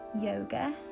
yoga